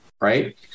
Right